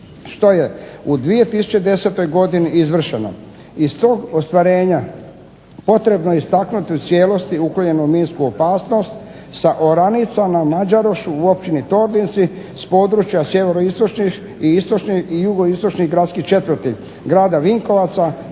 što je u 2010. godini izvršeno. Iz tog ostvarenja potrebno je istaknuti u cijelosti uklonjenu minsku opasnost sa oranica na Mađarošu u općini Tordinci s područja sjeveroistočnih i istočnih i jugoistočnih gradskih četvrti grada Vinkovaca